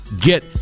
get